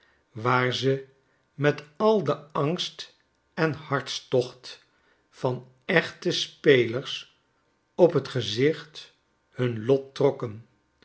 waar ze met al den angst en hartstocht van echte spelers op t gezicht hun lot trokken